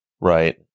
Right